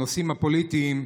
הנושאים הפוליטיים,